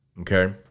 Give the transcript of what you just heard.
Okay